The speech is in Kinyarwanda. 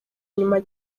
inyuma